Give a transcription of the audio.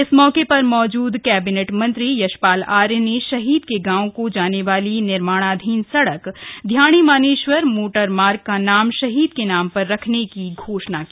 इस मौके पर मौजूद कैबिनेट मंत्री यशपाल आर्य ने शहीद के गांव को जाने वाली निर्माणाधीन सड़क ध्याणी मानेश्वर मोटरमार्ग का नाम शहीद के नाम पर रखने की घोषणा की